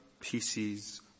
pieces